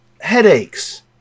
headaches